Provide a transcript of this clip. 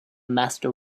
master